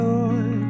Lord